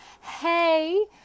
hey